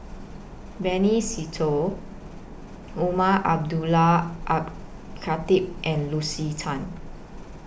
Benny Se Teo Umar Abdullah Al Khatib and Lucy Tan